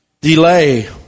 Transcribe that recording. Delay